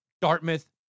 Dartmouth